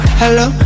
hello